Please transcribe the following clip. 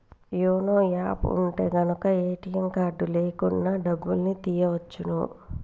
YONO app ఉంటె గనక ATM card లేకున్నా డబ్బుల్ని తియ్యచ్చును